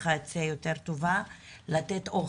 ככה אצא יותר טובה, לתת אוכל.